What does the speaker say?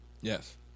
Yes